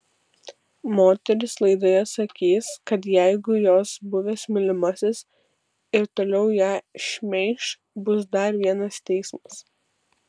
moteris laidoje sakys kad jeigu jos buvęs mylimasis ir toliau ją šmeiš bus dar vienas teismas